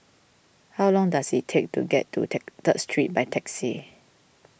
how long does it take to get to Third Street by taxi